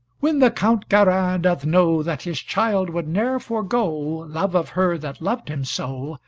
when the count garin doth know that his child would ne'er forego love of her that loved him so,